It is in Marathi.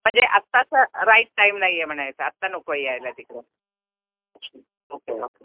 म्हणजे आत्ताचा राईट टाईम नाही आहे म्हणायचं आत्ता नको आहे यायला तिकडं ओके ओके